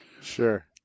Sure